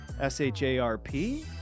S-H-A-R-P